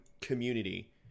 community